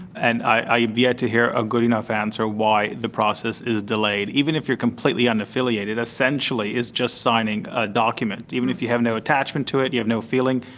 and i've yet to hear a good enough answer why the process is delayed. even if you are completely unaffiliated, essentially it's just signing a document. even if you have no attachment to it, you have no feeling,